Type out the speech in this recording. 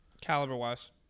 caliber-wise